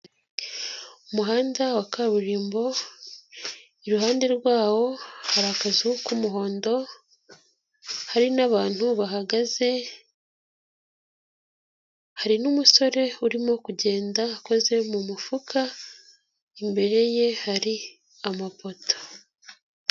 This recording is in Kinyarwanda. Umuhanda wa kaburimbo iruhande rwawo hari akazu k'umuhondo, hari n'abantu bahagaze, hari n'umusore urimo kugenda akoze mu mufuka, imbere ye hari amapota.